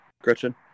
Gretchen